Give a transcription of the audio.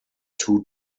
two